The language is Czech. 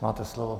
Máte slovo.